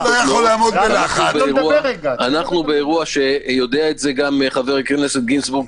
אנחנו באירוע יודע את זה גם חבר הכנסת גינזבורג,